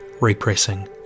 repressing